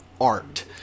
art